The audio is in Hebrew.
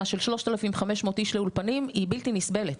של 3,500 איש לאולפנים היא בלתי נסבלת.